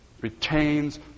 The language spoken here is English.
retains